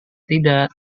tidak